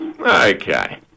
Okay